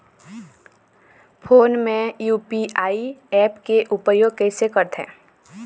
Phone मे UPI app के उपयोग कइसे करथे?